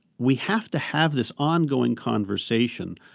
we have to have this ongoing conversation